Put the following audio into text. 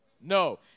No